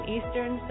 Eastern